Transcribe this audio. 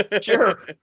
Sure